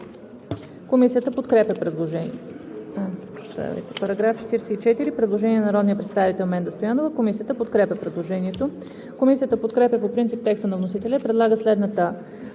Комисията подкрепя предложението.